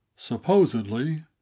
supposedly